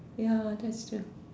ya that's true